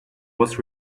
was